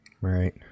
Right